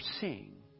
seeing